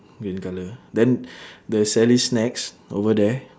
green colour then the sally's snacks over there